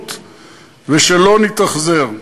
הרחמנות ושלא נתאכזר.